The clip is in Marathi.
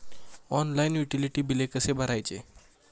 ऑनलाइन युटिलिटी बिले कसे भरायचे?